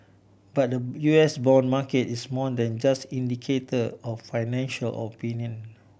but the U S bond market is more than just indicator of financial opinion